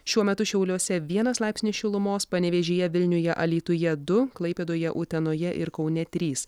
šiuo metu šiauliuose vienas laipsnis šilumos panevėžyje vilniuje alytuje du klaipėdoje utenoje ir kaune trys